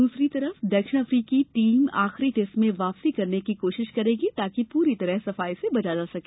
दूसरी तरफ दक्षिण अफ्रीकी टीम आखिरी टेस्ट में वापसी करने की कोशिश करेगी ताकि पूरी तरह सफाये से बचा जा सके